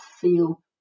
feel